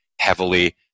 heavily